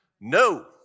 No